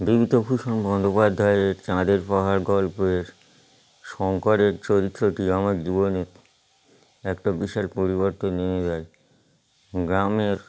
বিভূতিভূষণ বন্দ্যোপাধ্যায়ের চাঁদের পাহাড় গল্পের শঙ্করের চরিত্রটি আমার জীবনে একটা বিশেষ পরিবর্তন এনে দেয় গ্রামের